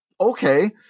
Okay